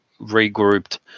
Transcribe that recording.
regrouped